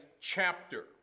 chapter